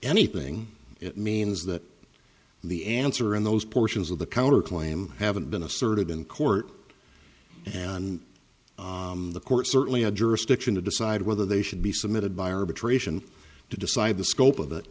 anything it means that the answer in those portions of the counterclaim haven't been asserted in court and the court certainly had jurisdiction to decide whether they should be submitted by arbitration to decide the scope of it